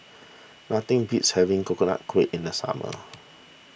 nothing beats having Coconut Kuih in the summer